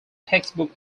textbook